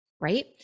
right